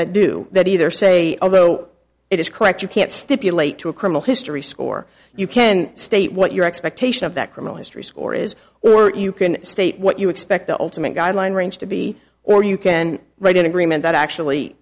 that do that either say although it is correct you can't stipulate to a criminal history score you can state what your expectation of that criminal history score is or you can state what you expect the ultimate guideline range to be or you can write an agreement that actually